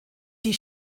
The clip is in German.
die